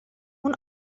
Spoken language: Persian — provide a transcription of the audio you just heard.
اون